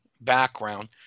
background